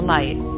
Light